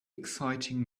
exciting